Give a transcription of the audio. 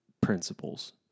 principles